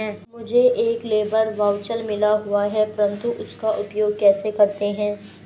मुझे एक labour voucher मिला हुआ है परंतु उसका उपयोग कैसे करते हैं?